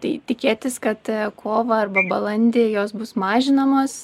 tai tikėtis kad kovą arba balandį jos bus mažinamos